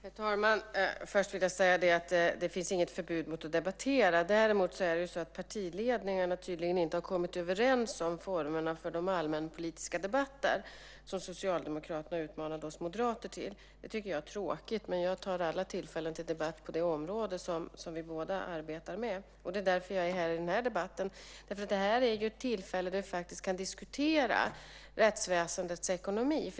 Herr talman! Jag vill först säga att det inte finns något förbud mot att debattera. Däremot har tydligen partiledningarna inte kommit överens om formerna för de allmänpolitiska debatter som Socialdemokraterna utmanade oss moderater till. Det tycker jag är tråkigt. Jag tar alla tillfällen till debatt på det område som vi båda arbetar med. Det är därför jag är här i kammaren i den här debatten. Detta är ett tillfälle där vi kan diskutera rättsväsendets ekonomi.